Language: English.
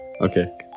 Okay